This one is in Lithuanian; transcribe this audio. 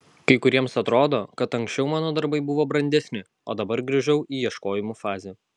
kai kuriems atrodo kad anksčiau mano darbai buvo brandesni o dabar grįžau į ieškojimų fazę